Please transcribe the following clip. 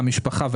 למשפחה,